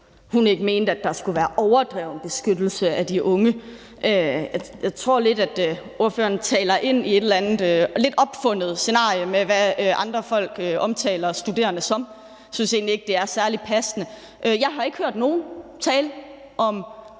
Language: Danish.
hun ikke mente, at der skulle være overdreven beskyttelse af de unge. Jeg tror lidt, at ordføreren taler ind i et eller andet lidt opfundet scenarie om, hvad andre folk omtaler studerende som. Jeg synes egentlig ikke, at det er særlig passende. Jeg har ikke hørt nogen tale